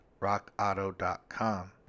rockauto.com